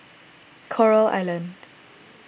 Coral Island